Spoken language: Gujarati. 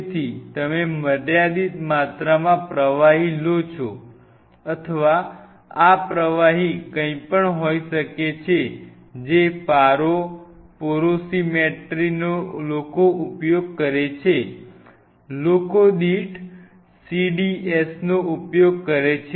તેથી તમે મર્યાદિત માત્રામાં પ્રવાહી લો છો આ પ્રવાહી કંઈપણ હોઈ શકે છે જે પારો પોરોસિમેટ્રીનો લોકો ઉપયોગ કરે છે લોકો દીઠ CDSનો ઉપયોગ કરે છે